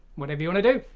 whatever you want to do.